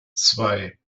zwei